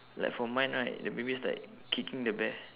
like for mine right the baby is like kicking the bear